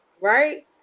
right